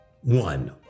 One